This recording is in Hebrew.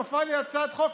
נפלה לי הצעת חוק,